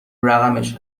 رقمش